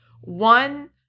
One